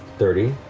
thirty.